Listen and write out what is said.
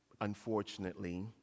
unfortunately